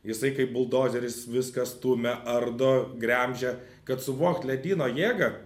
jisai kaip buldozeris viską stumia ardo gremžia kad suvokt ledyno jėgą